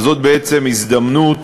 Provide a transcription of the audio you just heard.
זאת בעצם הזדמנות